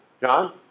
John